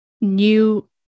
new